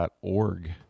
org